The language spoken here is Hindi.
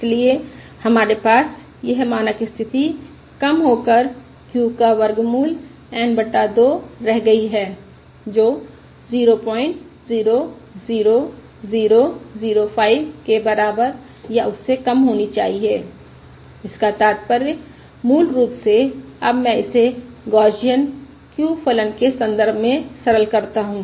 इसलिए हमारे पास यह मानक स्थिति कम होकर q का वर्गमूल N बटा 2 रह गई है जो 000005 के बराबर या उससे कम होनी चाहिए इसका तात्पर्य मूल रूप से अब मैं इसे गौसियन q फलन के संदर्भ में सरल करता हूं